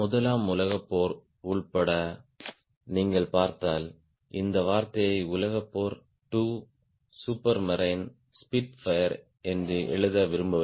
முதலாம் உலகப் போர் உட்பட நீங்கள் பார்த்தால் இந்த வார்த்தையை உலகப் போர் 2 சூப்பர் மரைன் ஸ்பிட்ஃபயர் என்று எழுத விரும்பவில்லை